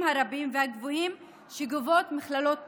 הרבים והגבוהים שגובות מכללות פרטיות,